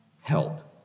help